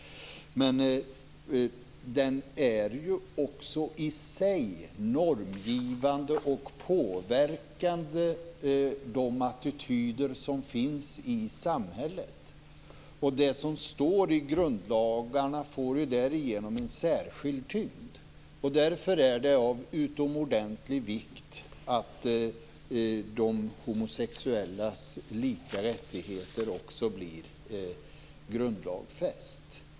Men de är också i sig normgivande och påverkande i fråga om de attityder som finns i samhället. Det som står i grundlagarna får därigenom en särskild tyngd, och därför är det av utomordentlig vikt att de homosexuellas lika rättigheter också blir grundlagsfästa.